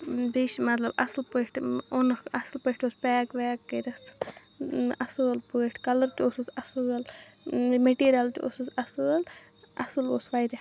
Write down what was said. بیٚیہِ چھِ مَطلَب اصل پٲٹھۍ اوٚنُکھ اصل پٲٹھۍ اوس پیک ویک کٔرِتھ اصل پٲٹھۍ کَلَر تہِ اوسُس اصل میٹیریل تہِ اوسُس اصل اصل اوس واریاہ